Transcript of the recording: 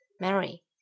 Mary